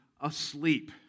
asleep